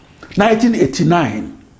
1989